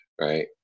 right